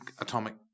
Atomic